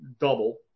double